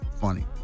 funny